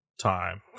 time